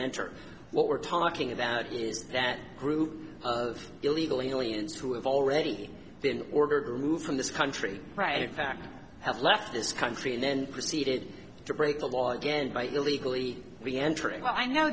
enter what we're talking about is that group of illegal aliens who have already been ordered removed from this country right in fact have left this country and then proceeded to break the law again by illegally